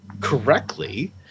correctly –